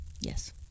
Yes